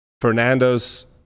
Fernando's